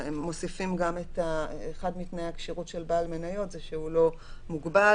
אחד מתנאי הכשירות של בעל מניות זה שהוא לא מוגבל